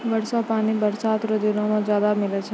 वर्षा पानी बरसात रो दिनो मे ज्यादा मिलै छै